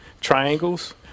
triangles